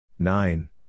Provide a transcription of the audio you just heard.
Nine